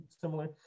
similar